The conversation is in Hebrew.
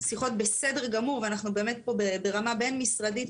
בסדר גמור ואנחנו פה בשיתוף פעולה מלא ברמה בין-משרדית,